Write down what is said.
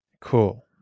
Cool